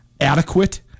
adequate